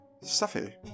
Stuffy